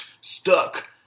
stuck